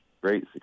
great